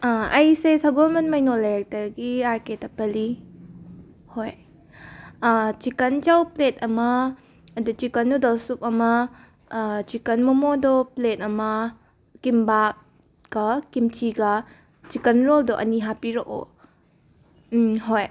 ꯑꯩꯁꯦ ꯁꯒꯣꯜꯕꯟ ꯃꯩꯅꯣ ꯂꯩꯔꯛꯇꯒꯤ ꯑꯥꯔ ꯀꯦ ꯇꯄꯂꯤ ꯍꯣꯏ ꯆꯤꯀꯟ ꯆꯧ ꯄ꯭ꯂꯦꯠ ꯑꯃ ꯑꯗꯒꯤ ꯆꯤꯀꯟ ꯅꯨꯗꯜ ꯁꯨꯞ ꯑꯃ ꯆꯤꯀꯟ ꯃꯣꯃꯣꯗꯣ ꯄ꯭ꯂꯦꯠ ꯑꯃ ꯀꯤꯝꯕꯥꯞꯀ ꯀꯤꯝꯆꯤꯒ ꯆꯤꯀꯟ ꯔꯣꯜꯗꯣ ꯑꯅꯤ ꯍꯥꯄꯤꯔꯛꯑꯣ ꯎꯝ ꯍꯣꯏ